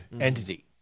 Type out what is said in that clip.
entity